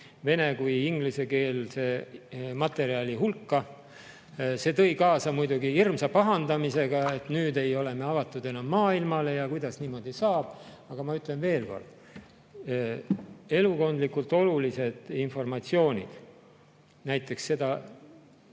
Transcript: vene‑ kui ka ingliskeelse materjali hulka. See tõi kaasa muidugi hirmsa pahandamise, et nüüd ei ole me enam avatud maailmale ja kuidas niimoodi saab. Aga ma ütlen veel kord, elukondlikult olulist informatsiooni, näiteks seda,